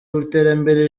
iterambere